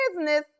business